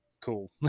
cool